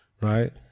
right